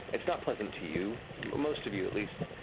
it's not pleasant to you, most of you, at least,